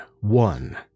one